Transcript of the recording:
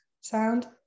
sound